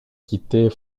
quitter